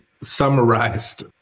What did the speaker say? summarized